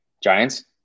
Giants